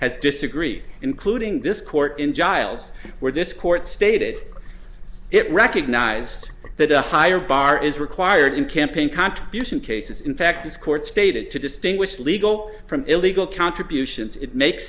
has disagreed including this court in giles where this court stated it recognized that a higher bar is required in campaign contribution cases in fact this court stated to distinguish legal from illegal contributions it makes